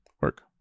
Work